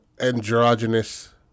androgynous